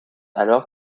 alors